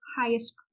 highest